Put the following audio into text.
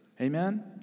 Amen